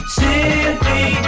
simply